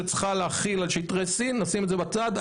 היא צריכה להחיל על שטחי C. נשים את זה בצד.